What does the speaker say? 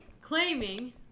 claiming